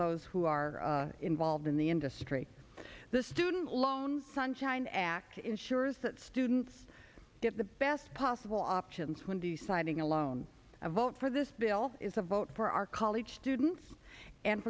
those who are involved in the industry the student loan sunshine act ensures that students get the best possible options when deciding alone a vote for this bill is a vote for our college students and